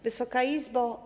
Wysoka Izbo!